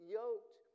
yoked